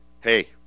Hey